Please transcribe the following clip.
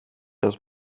das